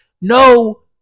no